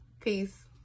peace